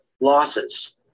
losses